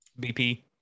BP